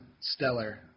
stellar